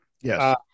Yes